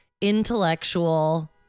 intellectual